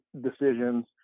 decisions